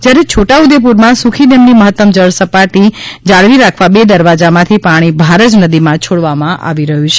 જ્યારે છોટા ઉદેપુરમાં સુખી ડેમની મહત્તમ સપાટી જાળવી રાખવા બે દરવાજામાંથી પાણી ભારજ નદીમાં છોડવામાં આવી રહ્યું છે